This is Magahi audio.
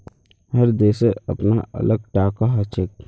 हर देशेर अपनार अलग टाका हछेक